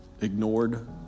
ignored